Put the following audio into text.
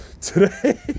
today